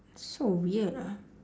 so weird ah